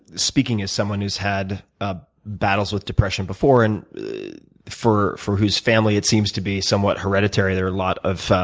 speaking of someone who's had ah battles with depression before and for for whose family it seems to be somewhat hereditary, there are a lot of